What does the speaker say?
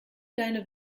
deine